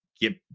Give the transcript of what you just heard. get